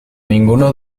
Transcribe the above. ninguno